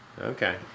Okay